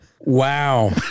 Wow